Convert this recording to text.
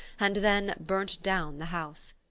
and then burnt down the house.